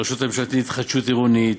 הרשות הממשלתית להתחדשות עירונית,